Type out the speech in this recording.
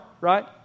right